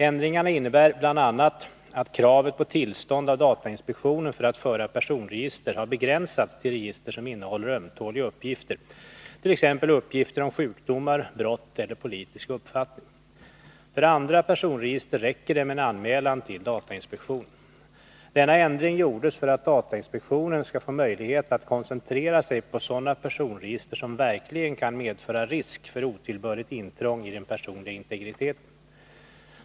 Ändringarna innebär bl.a. att kravet på tillstånd av datainspektionen för att föra personregister har begränsats till register som innehåller ömtåliga uppgifter, t.ex. uppgifter om sjukdomar, brott eller politisk uppfattning. För andra personregister räcker det med en anmälan till datainspektionen. Denna ändring gjordes för att datainspektionen skall få möjlighet att koncentrera sig på sådana personregister som verkligen kan medföra risk för otillbörligt intrång i den personliga integriteten.